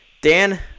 Dan